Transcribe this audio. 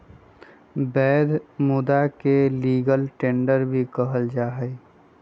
वैध मुदा के लीगल टेंडर भी कहल जाहई